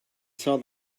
saw